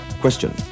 Question